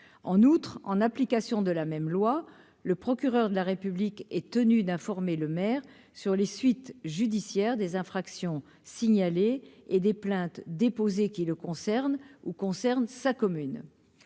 en outre, en application de la même loi, le procureur de la République est tenu d'informer le maire sur les suites judiciaires des infractions signalées et des plaintes déposées, qui le concerne, ou concerne sa commune,